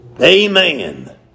Amen